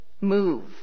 move